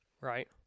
Right